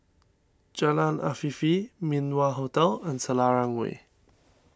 Jalan Afifi Min Wah Hotel and Selarang Way